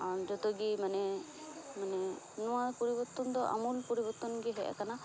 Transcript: ᱡᱚᱛᱚ ᱜᱮ ᱢᱟᱱᱮ ᱢᱟᱱᱮ ᱱᱚᱣᱟ ᱯᱚᱨᱤᱵᱚᱨᱛᱚᱱ ᱫᱚ ᱟᱢᱩᱞ ᱯᱚᱨᱤᱵᱚᱨᱛᱚᱱ ᱜᱮ ᱦᱮᱡ ᱟᱠᱟᱱᱟ